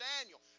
Daniel